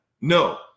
No